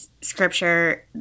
Scripture